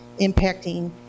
impacting